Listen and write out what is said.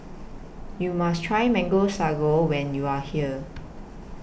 YOU must Try Mango Sago when YOU Are here